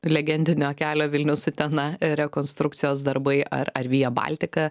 legendinio kelio vilnius utena rekonstrukcijos darbai ar ar via baltica